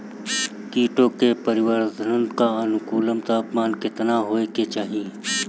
कीटो के परिवरर्धन ला अनुकूलतम तापमान केतना होए के चाही?